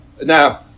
Now